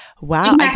wow